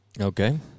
okay